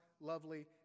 lovely